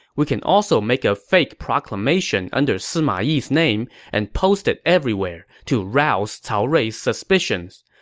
we can also make a fake proclamation under sima yi's name and post it everywhere to rouse cao rui's suspicions.